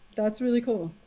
that's really cool.